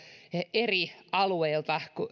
eri alueilta